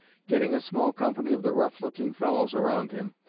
getting a small company of the rough-looking fellows around him,